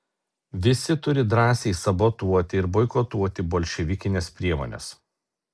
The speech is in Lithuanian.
visi turi drąsiai sabotuoti ir boikotuoti bolševikines priemones